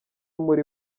muri